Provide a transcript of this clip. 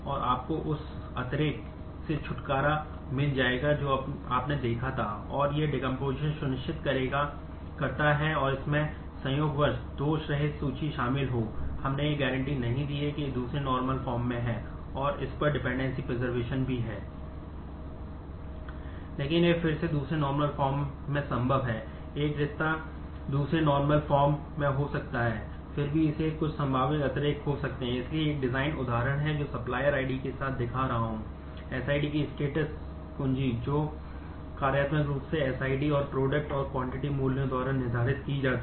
लेकिन यह फिर से दूसरे नार्मल फॉर्म जो कार्यात्मक रूप से SID और product और quantity मूल्यों द्वारा निर्धारित की जाती है